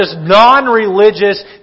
non-religious